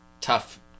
tough